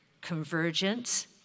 Convergence